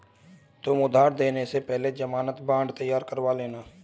तुम उधार देने से पहले ज़मानत बॉन्ड तैयार करवा लेना